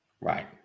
Right